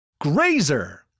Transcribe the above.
Grazer